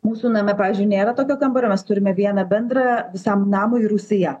mūsų name pavyzdžiui nėra tokio kambario mes turime vieną bendrą visam namui rūsyje